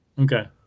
Okay